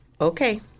Okay